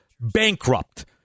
bankrupt